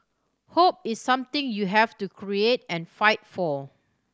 hope is something you have to create and fight for